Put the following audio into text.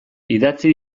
idatzi